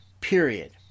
Period